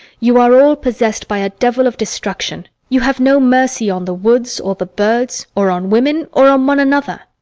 you are all possessed by a devil of destruction you have no mercy on the woods or the birds or on women or on one another.